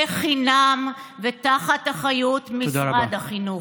בחינם, ותחת אחריות משרד החינוך.